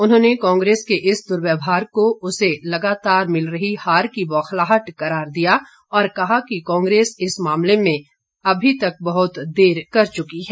उन्होंने कांग्रेस के इस दुर्व्यवहार को उसे लगातार मिल रही हार की बौखलाहट करार दिया और कहा कि कांग्रेस इस मामले में अभी तक बहुत देर कर चुकी है